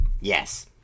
yes